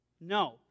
No